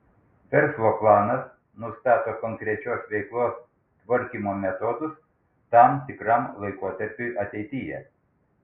verslo planas nustato konkrečios veiklos tvarkymo metodus tam tikram laikotarpiui ateityje